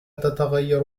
تتغير